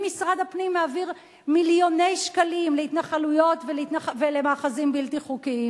אם משרד הפנים מעביר מיליוני שקלים להתנחלויות ולמאחזים בלתי חוקיים,